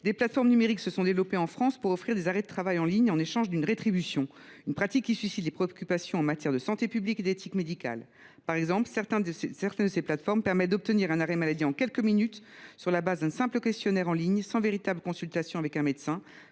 Des plateformes numériques se sont développées en France pour offrir des arrêts de travail en ligne en échange d’une rétribution, pratique qui suscite des préoccupations en matière de santé publique et d’éthique médicale. Certaines de ces plateformes permettent d’obtenir un arrêt maladie en quelques minutes, sur le fondement d’un simple questionnaire en ligne, sans véritable consultation avec un médecin.